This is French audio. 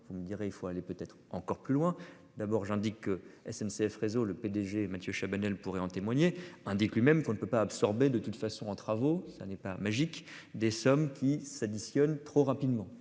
vous me direz, il faut aller peut-être encore plus loin. D'abord j'indique que SNCF réseau le PDG Matthieu Chabanel pourrait en témoigner, indique lui-même qu'on ne peut pas absorber de toute façon en travaux. Ça n'est pas magique des sommes qui s'additionnent trop rapidement,